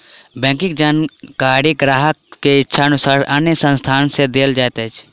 बैंकक जानकारी ग्राहक के इच्छा अनुसार अन्य संस्थान के देल जाइत अछि